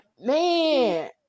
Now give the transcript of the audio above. man